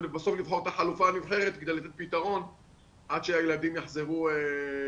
ולבסוף לבחור חלופה נבחרת כדי לתת פתרון עד שיחזרו הילדים